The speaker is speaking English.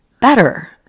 better